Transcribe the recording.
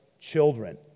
children